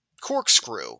corkscrew